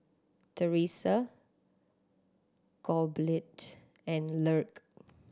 Thresa Gottlieb and Lark